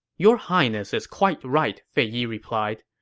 your highness is quite right, fei yi replied.